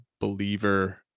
believer